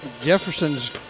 Jefferson's